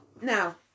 Now